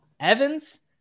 Evans